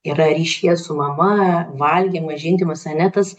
yra ryšyje su mama valgymas žindymas ane tas